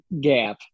gap